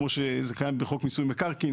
כמו שזה קיים בחוק מיסוי מקרקעין,